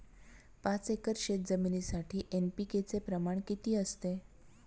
पाच एकर शेतजमिनीसाठी एन.पी.के चे प्रमाण किती असते?